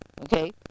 okay